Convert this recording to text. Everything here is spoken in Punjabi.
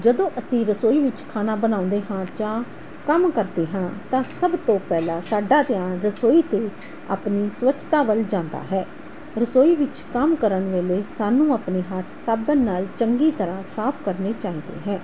ਜਦੋਂ ਅਸੀਂ ਰਸੋਈ ਵਿੱਚ ਖਾਣਾ ਬਣਾਉਂਦੇ ਹਾਂ ਜਾਂ ਕੰਮ ਕਰਦੇ ਹਾਂ ਤਾਂ ਸਭ ਤੋਂ ਪਹਿਲਾਂ ਸਾਡਾ ਧਿਆਨ ਰਸੋਈ ਅਤੇ ਆਪਣੀ ਸਵੱਛਤਾ ਵੱਲ ਜਾਂਦਾ ਹੈ ਰਸੋਈ ਵਿੱਚ ਕੰਮ ਕਰਨ ਵੇਲੇ ਸਾਨੂੰ ਆਪਣੇ ਹੱਥ ਸਾਬਣ ਨਾਲ ਚੰਗੀ ਤਰ੍ਹਾਂ ਸਾਫ਼ ਕਰਨੇ ਚਾਹੀਦੇ ਹੈ